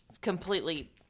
completely